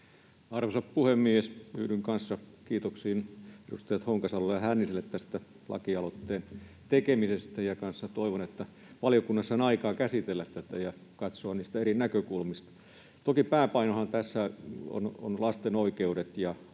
Arvoisa puhemies! Yhdyn kanssa kiitoksiin edustajille Honkasalo ja Hänninen tästä lakialoitteen tekemisestä ja toivon kanssa, että valiokunnassa on aikaa käsitellä tätä ja katsoa tätä niistä eri näkökulmista. Toki pääpainohan tässä on lasten oikeudet ja hoiva